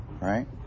right